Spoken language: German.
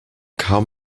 kaum